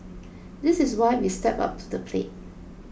this is why we've stepped up to the plate